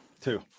two